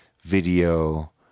video